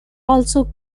also